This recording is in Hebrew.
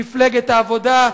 מפלגת העבודה,